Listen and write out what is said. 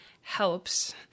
helps